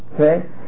Okay